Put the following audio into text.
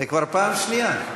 זו כבר פעם שנייה.